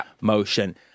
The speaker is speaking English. motion